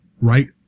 right